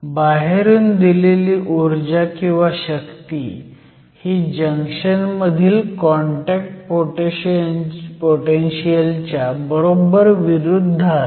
बाहेरून दिलेली ऊर्जाशक्ती ही जंक्शन मधील कॉन्टॅक्ट पोटेनशीयल च्या बरोबर विरुद्ध असते